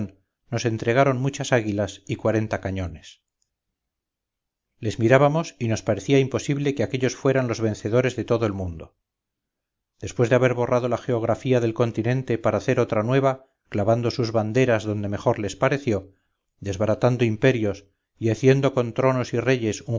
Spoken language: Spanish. nos entregaron muchas águilas y cuarenta cañones les mirábamos y nos parecía imposible que aquellos fueran los vencedores de todo el mundo después de haber borrado la geografía del continente para hacer otra nueva clavando sus banderas donde mejor les pareció desbaratando imperios y haciendo con tronos y reyes